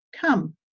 come